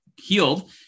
healed